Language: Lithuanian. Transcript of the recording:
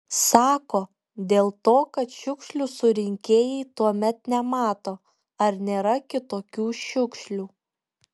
sako dėl to kad šiukšlių surinkėjai tuomet nemato ar nėra kitokių šiukšlių